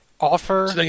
Offer